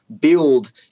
build